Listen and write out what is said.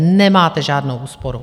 Nemáte žádnou úsporu.